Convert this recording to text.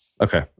Okay